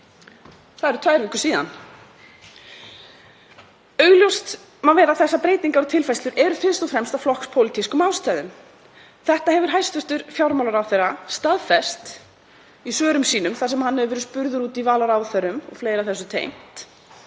Það eru tvær vikur síðan. Augljóst má vera að þessar breytingar og tilfærslur eru fyrst og fremst af flokkspólitískum ástæðum. Það hefur hæstv. fjármálaráðherra staðfest í svörum sínum þar sem hann hefur verið spurður út í val á ráðherrum og fleira þessu tengt.